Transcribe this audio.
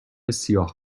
سیاه